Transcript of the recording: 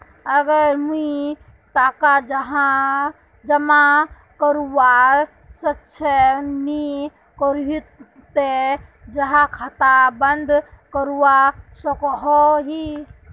अगर मुई टका जमा करवात सक्षम नी करोही ते जमा खाता बंद करवा सकोहो ही?